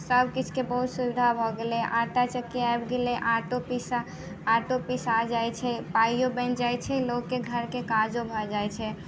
सभकिछुके बहुत सुविधा भऽ गेलैए आँटा चक्की आबि गेलै आँटो पिसा आँटो पिसा जाइत छै पाइओ बनि जाइत छै लोकके घरके काजो भऽ जाइत छै